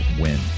win